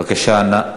בבקשה.